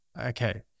Okay